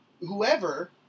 whoever